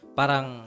parang